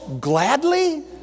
gladly